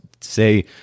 say